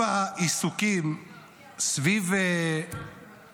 הלקחים שלמדתם מ-7 באוקטובר?